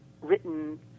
written